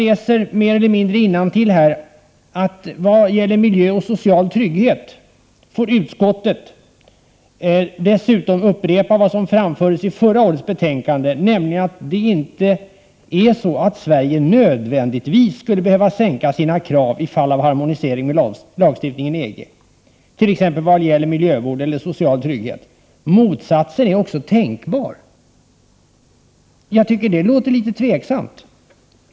När det gäller miljövård och social trygghet sägs vidare i yttrandet, att utskottet dessutom får upprepa vad som framfördes i förra årets betänkande, nämligen att det inte är så att Sverige nödvändigtvis skulle behöva sänka sina krav i fall av harmonisering med lagstiftningen i EG, t.ex. vad gäller miljövård eller social trygghet. Motsatsen är också tänkbar. Det låter litet tveksamt.